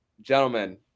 Gentlemen